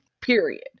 Period